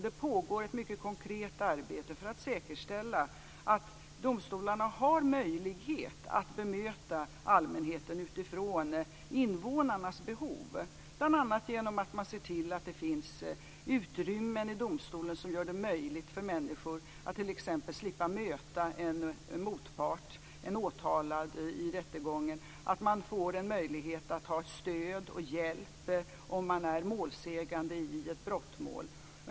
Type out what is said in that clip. Det pågår ett mycket konkret arbete för att säkerställa att domstolarna har möjlighet att bemöta allmänheten utifrån invånarnas behov. Det gäller bl.a. genom att man ser till att det finns utrymmen i domstolen som gör det möjligt för människor att t.ex. slippa möta en motpart, en åtalad i rättegången, och att man får en möjlighet att ha stöd och hjälp om man är målsägande i ett brottmål.